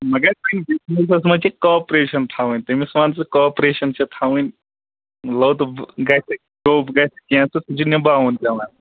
مگر کُنہِ بِزنَس منٛز چھِ کاپریشَن تھاوٕنۍ تٔمِس وَن ژٕ کاپریشَن چھِ تھاوٕنۍ لوٚت گژھِ گوٚب گژھِ کیٚنٛہہ تہٕ سُہ چھُ نِباوُن پٮ۪وان